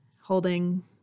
holding